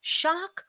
shock